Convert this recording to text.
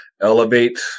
elevate